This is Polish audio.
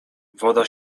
woda